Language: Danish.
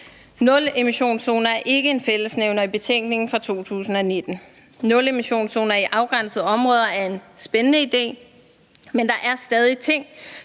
Nulemissionszoner er ikke en fællesnævner i betænkningen fra 2019. Nulemissionszoner i afgrænsede områder er en spændende idé, men der er stadig ting,